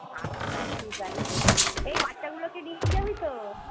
আচ্ছা ঠিক আছে এই বাচ্চাগুলোকে নিয়ে যাবি তো